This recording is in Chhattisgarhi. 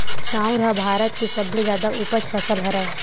चाँउर ह भारत के सबले जादा उपज फसल हरय